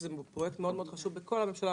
שזה פרויקט חשוב מאוד בכל הממשלה,